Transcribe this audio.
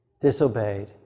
disobeyed